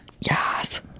Yes